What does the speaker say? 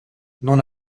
non